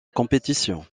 compétition